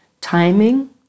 timing